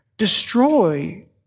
destroy